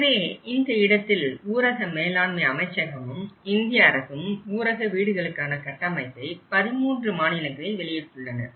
எனவே இந்த இடத்தில் ஊரக மேலாண்மை அமைச்சகமும் இந்திய அரசும் ஊரக வீடுகளுக்கான கட்டமைப்பை 13 மாநிலங்களில் வெளியிட்டுள்ளன